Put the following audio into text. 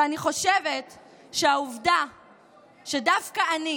ואני חושבת שהעובדה שדווקא אני,